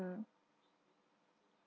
mm